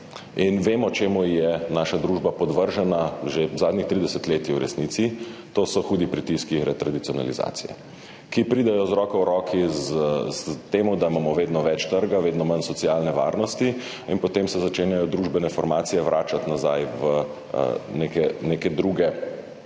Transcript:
In vemo, čemu je naša družba podvržena že zadnjih 30 let, v resnici. To so hudi pritiski retradicionalizacije, ki pridejo z roko v roki s tem, da imamo vedno več trga, vedno manj socialne varnosti in potem se začenjajo družbene formacije vračati nazaj v neke druge